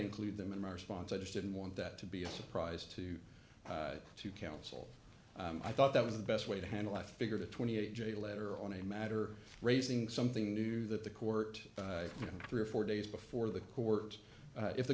include them in response i just didn't want that to be a surprise to two counsel i thought that was the best way to handle i figure twenty eight j later on a matter raising something new that the court three or four days before the court if the